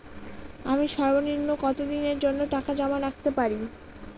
আমি সর্বনিম্ন কতদিনের জন্য টাকা জমা রাখতে পারি?